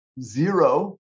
zero